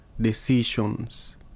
decisions